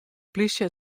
plysje